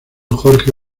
jorge